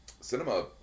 cinema